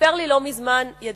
סיפר לי לא מזמן ידיד